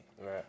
right